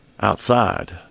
outside